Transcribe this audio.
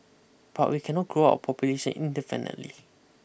but we cannot grow our population indefinitely